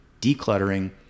decluttering